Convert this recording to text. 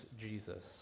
Jesus